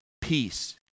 peace